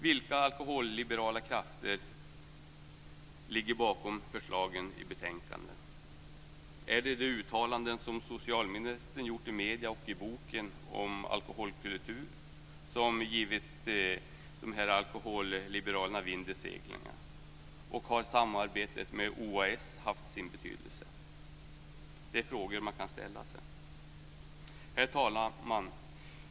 Vilka alkoholliberala krafter ligger bakom förslagen i betänkandet? Är det de uttalanden som socialministern gjort i medierna och i boken om alkoholkultur som givit alkoholliberalerna vind i seglen? Har samarbetet med OAS haft sin betydelse? Det är frågor man kan ställa sig. Herr talman!